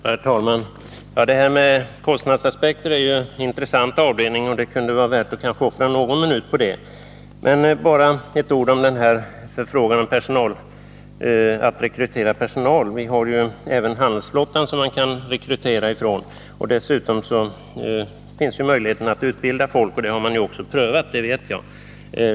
Herr talman! Detta med kostnadsaspekterna är intressant, och det kunde kanske vara värt att offra någon minut på dem. Bara först ett par ord när det gäller frågan om att rekrytera personal. Vi har ju även handelsflottan att rekrytera ifrån. Dessutom finns naturligtvis möjligheten att utbilda folk. Det har man prövat — det vet jag.